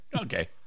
okay